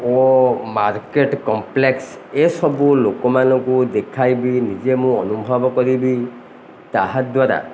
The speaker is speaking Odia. ଓ ମାର୍କେଟ୍ କମ୍ପ୍ଲେକ୍ସ୍ ଏସବୁ ଲୋକମାନଙ୍କୁ ଦେଖାଇବି ନିଜେ ମୁଁ ଅନୁଭବ କରିବି ତାହାଦ୍ୱାରା